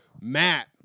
Matt